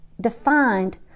defined